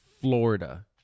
Florida